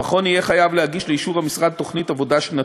המכון יהיה חייב להגיש לאישור המשרד תוכנית עבודה שנתית.